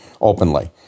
openly